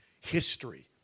history